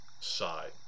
side